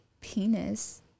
penis